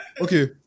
Okay